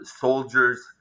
soldiers